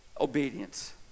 obedience